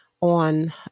On